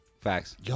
Facts